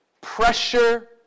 pressure